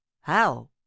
How